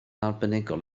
arbenigol